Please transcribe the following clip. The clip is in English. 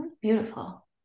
Beautiful